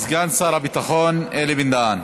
סגן שר הביטחון אלי בן-דהן.